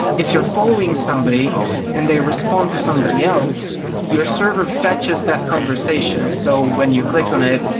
if you're following somebody and they respond to somebody else, your server fetches that conversation, so when you click on it,